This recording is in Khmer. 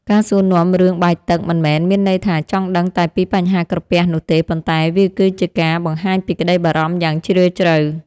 ការសួរនាំរឿងបាយទឹកមិនមែនមានន័យថាចង់ដឹងតែពីបញ្ហាក្រពះនោះទេប៉ុន្តែវាគឺជាការបង្ហាញពីក្តីបារម្ភយ៉ាងជ្រាលជ្រៅ។